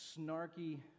snarky